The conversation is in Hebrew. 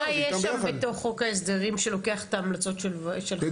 מה יש שם בתוך חוק ההסדרים שלוקח את ההמלצות שלך?